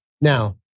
Now